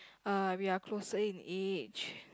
uh we are closer in age